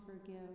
forgive